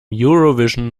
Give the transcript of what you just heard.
eurovision